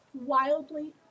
wildly